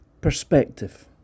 perspective